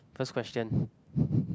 first question